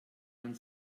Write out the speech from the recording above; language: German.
man